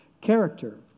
character